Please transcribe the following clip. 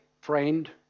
friend